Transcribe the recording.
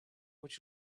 would